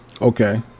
Okay